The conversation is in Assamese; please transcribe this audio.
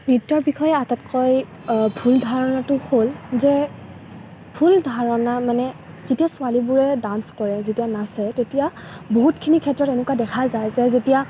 নৃত্যৰ বিষয়ে আটাইতকৈ ভুল ধাৰণাটো হ'ল যে ভুল ধাৰণা মানে যেতিয়া ছোৱালীবোৰে ডান্চ কৰে যেতিয়া নাচে তেতিয়া বহুতখিনি ক্ষেত্ৰত এনেকুৱা দেখা যায় যে যেতিয়া